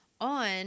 on